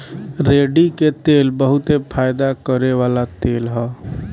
रेड़ी के तेल बहुते फयदा करेवाला तेल ह